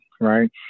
right